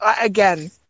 Again